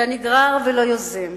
אתה נגרר ולא יוזם,